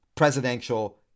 presidential